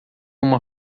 uma